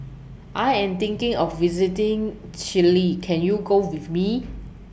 I Am thinking of visiting Chile Can YOU Go with Me